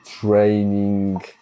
training